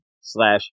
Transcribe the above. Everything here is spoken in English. Slash